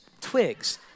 twigs